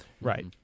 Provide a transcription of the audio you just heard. Right